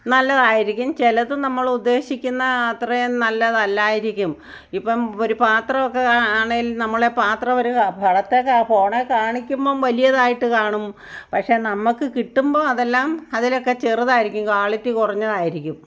നല്ലതായിരിക്കും ചിലത് നമ്മൾ ഉദ്ദേശിക്കുന്ന അത്രയും നല്ലതല്ലായിരിക്കും ഇപ്പം ഒരു പാത്രമൊക്കെ ആണെങ്കിൽ നമ്മൾ പാത്രം ഒര് പടത്തെ കാ ഫോണിൽ കാണിക്കുമ്പോൾ വലിയതായിട്ട് കാണും പക്ഷേ നമുക്ക് കിട്ടുമ്പോൾ അതെല്ലാം അതിലൊക്കെ ചെറുതായിരിക്കും ക്വാളിറ്റി കുറഞ്ഞതായിരിക്കും